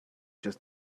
just